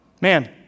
Man